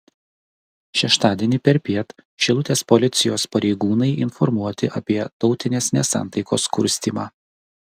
šeštadienį perpiet šilutės policijos pareigūnai informuoti apie tautinės nesantaikos kurstymą